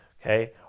okay